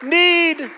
need